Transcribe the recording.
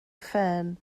phen